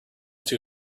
two